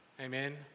Amen